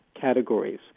categories